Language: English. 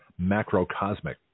macrocosmic